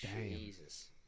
Jesus